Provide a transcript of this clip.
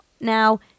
Now